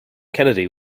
kennedy